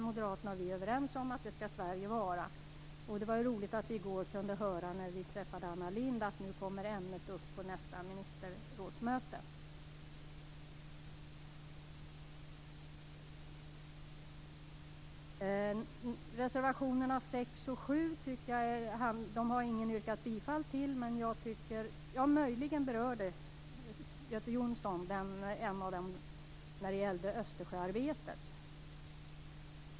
Moderaterna och vi är överens om att Sverige skall vara pådrivande. I går när vi träffade Anna Lindh var det roligt att få höra att ämnet kommer upp på nästa ministerrådsmöte. Ingen har yrkat bifall till reservationerna 6 och 7.